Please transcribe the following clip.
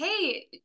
hey